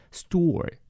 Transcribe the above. store